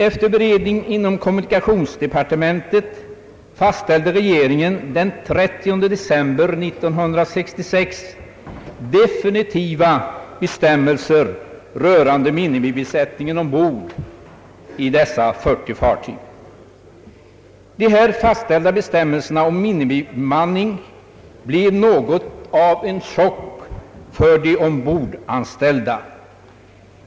Efter beredning inom kommunikationsdepartementet fastställde regeringen den 30 De här fastställda bestämmelserna om minimibemanning blev något av en chock för de ombordanställda.